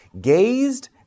gazed